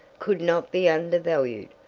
could not be undervalued,